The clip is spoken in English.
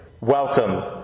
welcome